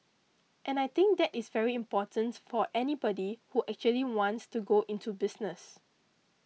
and I think that is very important for anybody who actually wants to go into business